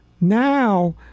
now